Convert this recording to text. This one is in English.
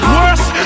Worse